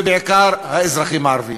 ובעיקר האזרחים הערבים.